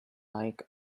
like